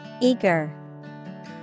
Eager